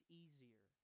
easier